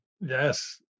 Yes